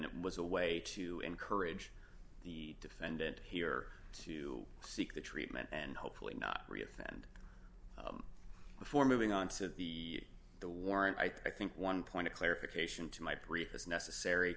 nt was a way to encourage the defendant here to seek the treatment and hopefully not reoffend before moving on to be the warrant i think one point of clarification to my brief is necessary